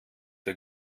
der